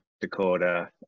Dakota